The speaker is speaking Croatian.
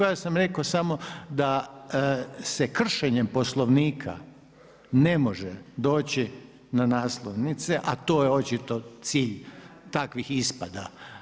Ja sam rekao samo da se kršenjem Poslovnika ne može doći na naslovnice a to je očito cilj takvih ispada.